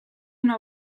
una